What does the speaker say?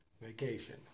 vacation